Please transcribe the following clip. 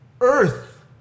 Earth